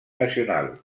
nacional